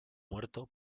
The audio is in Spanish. muerto